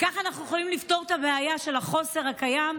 ככה אנחנו יכולים לפתור את הבעיה של החוסר הקיים,